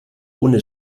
ohne